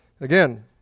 Again